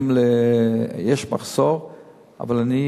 ועוד בן משפחה, מחזיקים אותו ומסיחים את דעתו.